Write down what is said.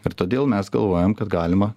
ir todėl mes galvojam kad galima